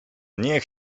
niech